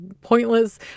pointless